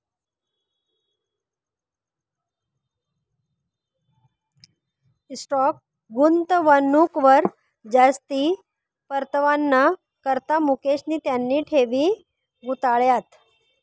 stock गुंतवणूकवर जास्ती परतावाना करता मुकेशनी त्याना ठेवी गुताड्यात